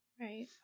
right